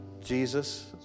Jesus